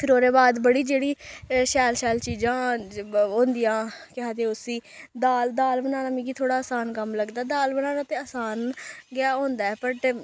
फिर ओह्दे बाद बड़ी जेह्ड़ी शैल शैल चीजां होंदियां केह् आखदे उस्सी दाल दाल बनाना मिगी थोह्ड़ा असान कम्म लगदा दाल बनाना ते असान गै होंदा बट